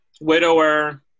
widower